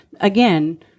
Again